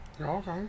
Okay